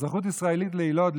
אזרחות ישראלית ליילוד,